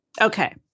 Okay